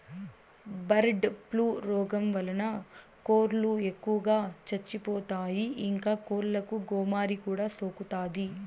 bird flu రోగం వలన కోళ్ళు ఎక్కువగా చచ్చిపోతాయి, ఇంకా కోళ్ళకు గోమారి కూడా సోకుతాది